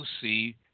see